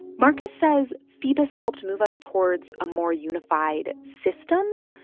markus says phoebus helped move us towards a more unified system.